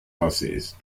buses